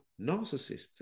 narcissists